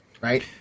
right